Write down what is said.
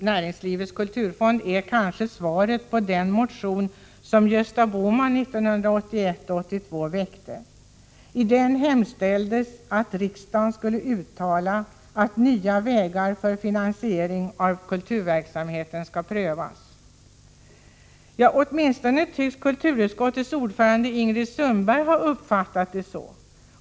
Näringslivets kulturfond är kanske svaret på den motion som Gösta Bohman väckte under 1981/82 års riksmöte, i vilken han hemställde att riksdagen skulle uttala ”att nya vägar för finansiering av kulturverksamheten skall prövas”. Åtminstone kulturutskottets ordförande Ingrid Sundberg tycks ha uppfattat det så.